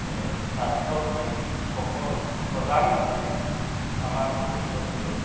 স্বাস্থ্যৰ প্ৰতি সকলো সজাগ নহ'লে আমাৰ ভৱিষ্যতটো